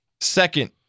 Second